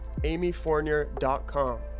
amyfournier.com